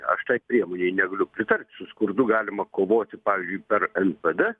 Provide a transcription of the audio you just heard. aš tai priemonei negaliu pritarti su skurdu galima kovoti pavyzdžiui per npd